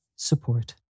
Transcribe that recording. Support